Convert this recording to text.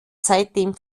seitdem